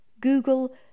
Google